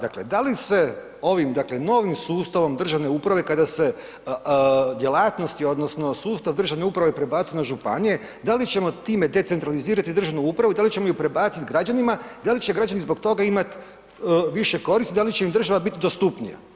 Dakle, da li se ovim novim sustavom državne uprave kada se djelatnosti odnosno sustav državne uprave prebacuje na županije, da li ćemo time decentralizirati državnu upravu i da li ćemo ju prebaciti građanima i da li će građani zbog toga imati više koristi i da li će im država biti dostupnija?